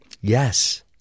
Yes